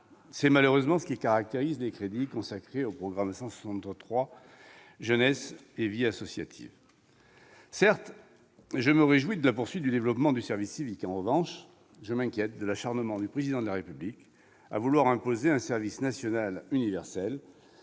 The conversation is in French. C'est malheureusement ce qui caractérise les crédits consacrés au programme 163, « Jeunesse et vie associative ». Certes, je me réjouis de la poursuite du développement du service civique. En revanche, je m'inquiète de l'acharnement du Président de la République à vouloir imposer un service national universel,